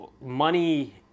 money